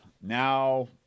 Now